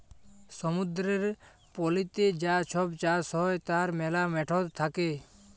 সমুদ্দুরের পলিতে যা ছব চাষ হ্যয় তার ম্যালা ম্যাথড থ্যাকে